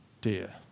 dear